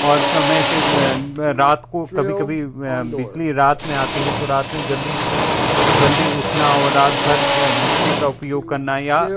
और समय से रात को कभी कभी बिजली रात में आती है तो रात में जल्दी इसको जल्दी उठना और रात भर बिजली का उपयोग करना या